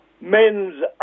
Men's